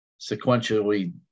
sequentially